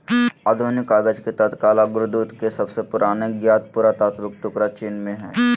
आधुनिक कागज के तत्काल अग्रदूत के सबसे पुराने ज्ञात पुरातात्विक टुकड़ा चीन में हइ